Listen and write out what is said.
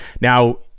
Now